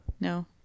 No